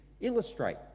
illustrate